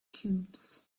cubes